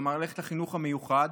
כלומר ללכת לחינוך המיוחד,